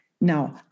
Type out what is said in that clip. Now